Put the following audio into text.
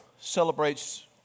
celebrates